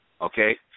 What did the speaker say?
Okay